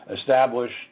established